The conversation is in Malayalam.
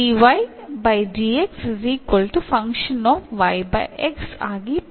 അതിൽനിന്ന് അതായത് എന്ന് എഴുതാം